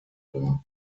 war